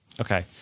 Okay